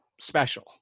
special